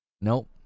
Nope